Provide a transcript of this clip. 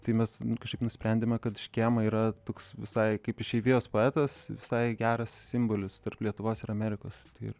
tai mes kažkaip nusprendėme kad škėma yra toks visai kaip išeivijos poetas visai geras simbolis tarp lietuvos ir amerikos ir